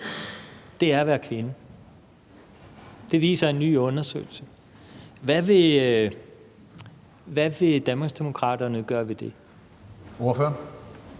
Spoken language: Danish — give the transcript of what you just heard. er at være kvinde. Det viser en ny undersøgelse. Hvad vil Danmarksdemokraterne gøre ved det? Kl.